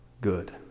good